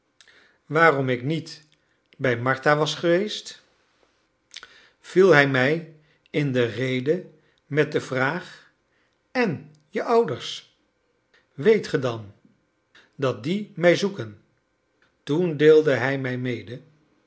waarom ik niet bij martha was geweest viel hij mij in de rede met de vraag en je ouders weet ge dan dat die mij zoeken toen deelde hij mij mede